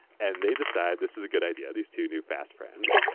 and they decided this is a good idea. these two new fast friends,